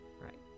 Right